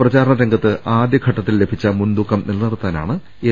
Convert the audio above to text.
പ്രചാരണ രംഗത്ത് ആദ്യഘട്ടത്തിൽ ലഭിച്ച മുൻതൂക്കം നിലനിർത്താ നാണ് എൽ